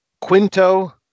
Quinto